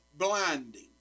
blinding